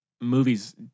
movies